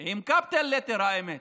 עם capital letter, האמת,